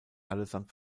allesamt